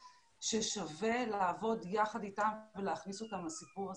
ששווה לעבוד יחד איתם ולהכניס אותם לסיפור הזה.